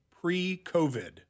pre-COVID